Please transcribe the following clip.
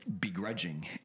begrudging